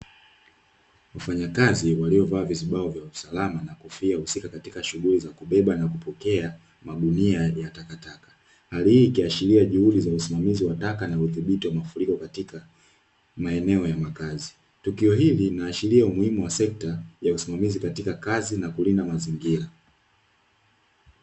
Wafanyakazi waliovaa vizibao vya usalama na kofia husika, katika shughuli za kubeba na kupokea magunia ya takataka. Hali hii ikiashiria juhudi za usimamizi wa taka na udhibiti wa mafuriko katika maeneo ya makazi. Tukio hili linaashiria umuhimu wa sekta ya usimamizi katika kazi na kulinda mazingira.